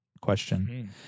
question